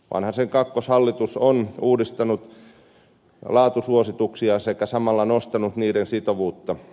vanhasen kakkoshallitus on uudistanut laatusuosituksia sekä samalla nostanut niiden sitovuutta